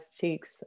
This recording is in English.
cheeks